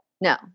No